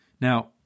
Now